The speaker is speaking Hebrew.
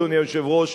אדוני היושב-ראש,